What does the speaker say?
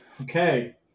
Okay